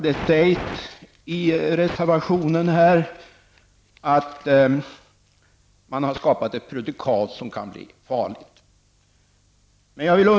Det sägs i reservationen att det har skapats ett prejudikat som kan vara farligt.